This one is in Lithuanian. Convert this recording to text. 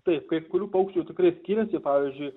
tai kai kurių paukščių tikrai skiriasi pavyzdžiui